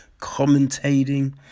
commentating